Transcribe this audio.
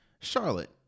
Charlotte